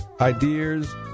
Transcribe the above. ideas